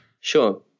Sure